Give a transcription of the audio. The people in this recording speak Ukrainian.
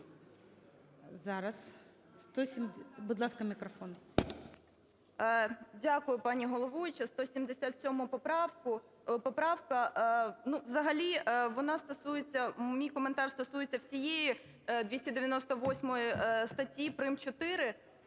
Дякую, пані головуюча.